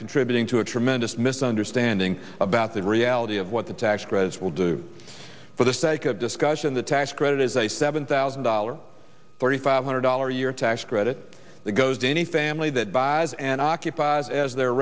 contributing to a tremendous misunderstanding about the reality of what the tax credits will do for the sake of discussion the tax credit is a seven thousand dollars thirty five hundred dollars a year tax credit that goes to any family that buys an occupied as their